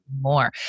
more